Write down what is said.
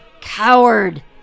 Coward